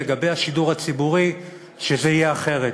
לגבי השידור הציבורי זה יהיה אחרת.